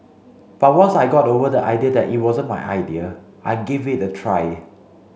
but once I got over the idea that it wasn't my idea I gave it a try